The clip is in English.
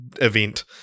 event